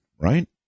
right